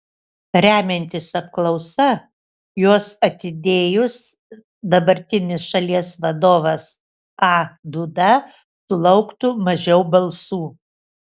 remiantis apklausa juos atidėjus dabartinis šalies vadovas a duda sulauktų mažiau balsų